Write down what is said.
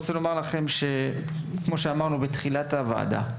כמו שאמרנו בתחילת הוועדה,